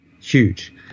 huge